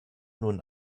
nun